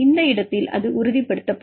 இந்த இடத்தில் அது உறுதிப்படுத்தப்படும்